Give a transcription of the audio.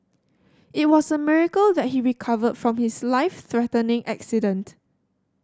it was a miracle that he recovered from his life threatening accident